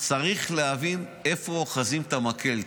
צריך להבין איפה אוחזים את המקל,